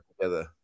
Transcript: together